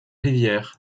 rivière